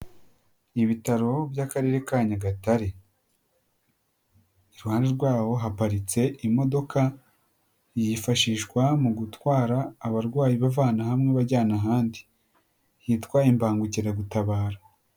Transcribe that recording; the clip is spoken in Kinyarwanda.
Ibitaro by'Akarere ka Nyagatare. Iruhande rwaho haparitse imodoka yifashishwa mu gutwara abarwayi ibavana hamwe ibajyana ahandi yitwa imbangukiragutabara.